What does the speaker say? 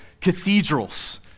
cathedrals